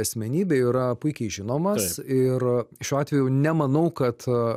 asmenybė yra puikiai žinomas ir šiuo atveju nemanau kad